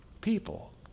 people